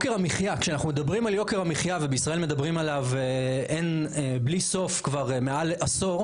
כשאנחנו מדברים על יוקר המחייה ובישראל מדברים עליו בלי סוף כבר עשור,